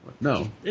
No